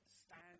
stand